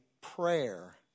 prayer